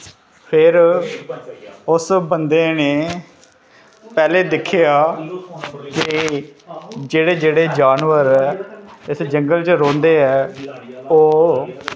फिर उस बंदे ने पैह्ले दिक्खेआ के जेह्ड़े जेह्ड़े जानवर इस जंगल च रौंह्दे ऐ ओह्